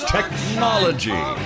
Technology